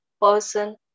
person